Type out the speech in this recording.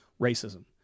racism